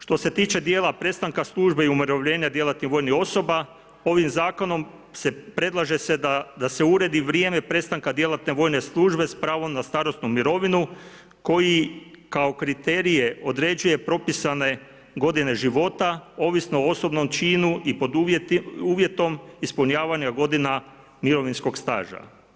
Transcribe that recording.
Što se tiče djela prestanka službe i umirovljenja djelatnih vojnih osoba, ovim zakonom predlaže se da se uredi vrijeme prestanka djelatne vojne službe s pravom na starosnu mirovinu koji kao kriterije određuje propisane godine života ovisno o osobnom činu i pod uvjetom ispunjavanja godina mirovinskog staža.